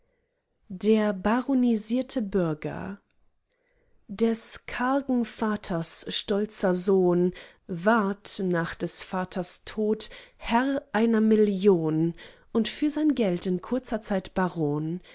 der baronisierte bürger des kargen vaters stolzer sohn ward nach des vaters tod herr einer million und für sein geld in kurzer zeit baron